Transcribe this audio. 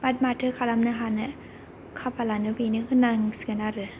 आट माथो खालामनो हानो खाफालानो बेनो होनांसिगोन आरो